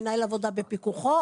מנהל עבודה בפיקוחו,